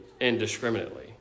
indiscriminately